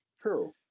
true